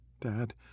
Dad